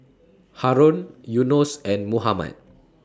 Haron Yunos and Muhammad